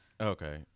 Okay